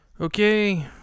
Okay